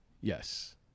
Yes